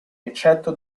eccetto